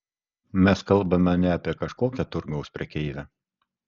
mes kalbame ne apie kažkokią turgaus prekeivę